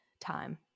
time